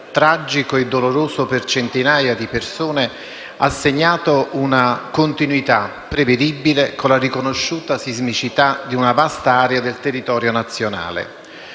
intensità, tragico e doloroso per centinaia di persone, ha segnato una continuità prevedibile con la riconosciuta sismicità di una vasta area del territorio nazionale.